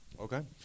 Okay